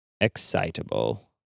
excitable